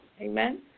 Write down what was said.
Amen